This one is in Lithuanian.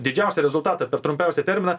didžiausią rezultatą per trumpiausią terminą